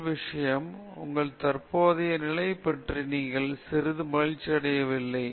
முதல் விஷயம் உங்கள் தற்போதைய நிலை பற்றி நீங்கள் சிறிது மகிழ்ச்சியடையவில்லை